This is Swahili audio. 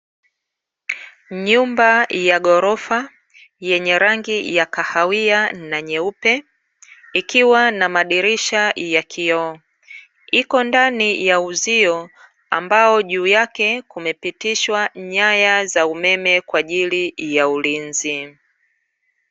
Nyumba ya ghorofa yenye rangi ya kahawia na nyeupe ikiwa na madirisha ya kioo iko ndani ya uzio ambao juu yake kumepitishwa nyaya za umeme kwa ajili ya ulinzi.